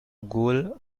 goal